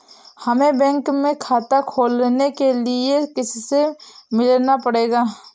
हमे बैंक में खाता खोलने के लिए किससे मिलना पड़ेगा?